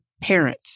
parent